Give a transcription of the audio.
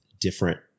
different